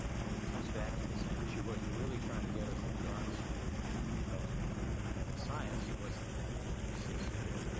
it comes back to the same issue, what you're really trying to get is the broadest view of of the science of what's the pathogenesis for,